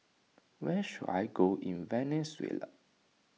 where should I go in Venezuela